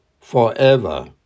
forever